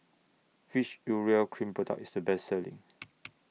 Which Urea Cream Product IS The Best Selling